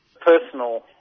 Personal